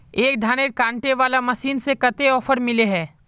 एक धानेर कांटे वाला मशीन में कते ऑफर मिले है?